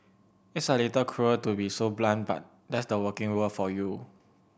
it's a little cruel to be so blunt but that's the working world for you